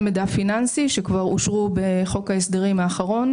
מידע פיננסי שכבר אושרו בחוק ההסדרים האחרון.